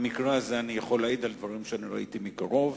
במקרה הזה אני יכול להעיד על דברים שאני ראיתי מקרוב.